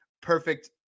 Perfect